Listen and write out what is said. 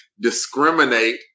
discriminate